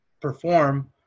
perform